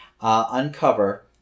uncover